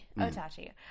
Otachi